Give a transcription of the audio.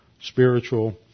spiritual